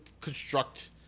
construct